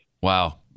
wow